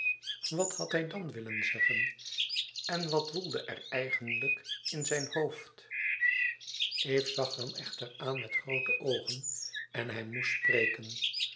wat had hij dan willen zeggen en wàt woelde er eigenlijk in zijn hoofd eve zag hem echter aan met groote oogen en hij moest spreken